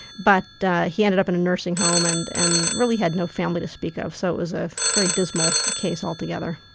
but he ended up in a nursing home and and really had no family to speak of. so it was a very dismal case altogether.